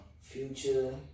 Future